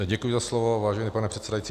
Děkuji za slovo, vážený pane předsedající.